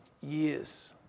years